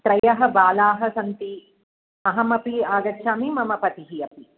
त्रयः बालाः सन्ति अहमपि आगच्छामि मम पतिः अपि